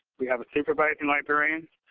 we have a supervising librarian.